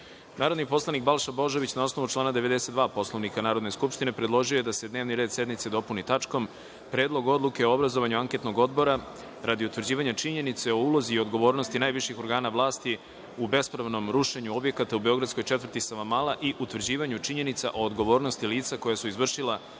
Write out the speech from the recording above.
predlog. Narodni poslanik Balša Božović na osnovu člana 92. Poslovnika Narodne skupštine predložio je da se dnevni red sednice dopuni tačkom Predlog odluke o obrazovanju Anketnog odbora radi utvrđivanja činjenice o ulozi i odgovornosti najviših organa vlasti u bespravnom rušenju objekata u beogradskoj četvrti Savamala i utvrđivanju činjenica o odgovornosti lica koja su izvršila